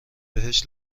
بهش